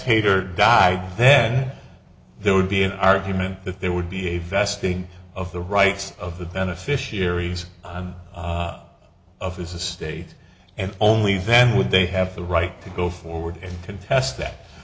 hayter died then there would be an argument that there would be a vesting of the rights of the beneficiaries on of his estate and only then would they have the right to go forward in contest